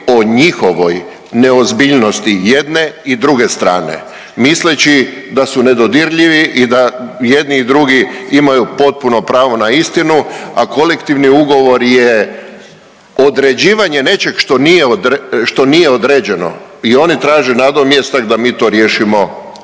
o njihovoj neozbiljnosti jedne i druge strane misleći da su nedodirljivi i da jedni i drugi imaju potpuno pravo na istinu, a kolektivni ugovor je određivanje nečeg što nije određeno i oni traže nadomjestak da mi to riješimo,